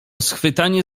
schwytanie